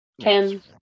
ten